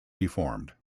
deformed